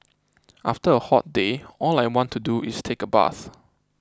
after a hot day all I want to do is take a bath